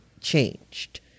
changed